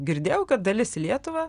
girdėjau kad dalis į lietuvą